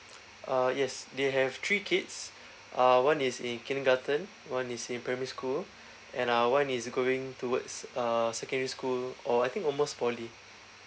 uh yes they have three kids uh one is in kindergarten one is in primary school and uh one is going towards uh secondary school or I think almost poly